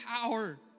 power